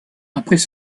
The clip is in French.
après